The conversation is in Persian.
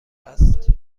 است